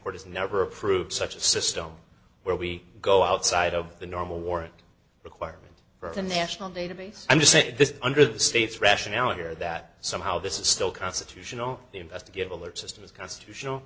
court has never approved such a system where we go outside of the normal warrant requirement for the national database and to say this under the state's rationality or that somehow this is still constitutional the investigative alert system is constitutional